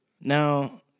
Now